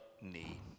need